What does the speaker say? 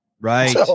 Right